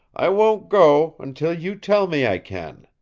i won't go until you tell me i can.